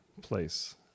place